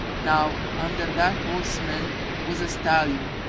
now under that horseman was a stallion,